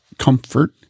comfort